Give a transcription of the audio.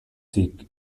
seek